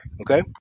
Okay